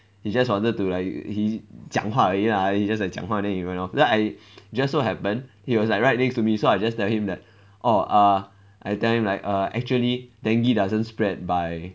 he just wanted to like he 讲话而已 lah he just like 讲话 then he went off then I just so happen he was like right next to me so I just tell him that orh err I tell him like err actually dengue doesn't spread by